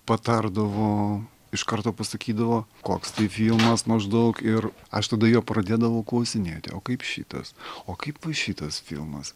patardavo iš karto pasakydavo koks tai filmas maždaug ir aš tada jo pradėdavau klausinėti o kaip šitas o kaip va šitas filmas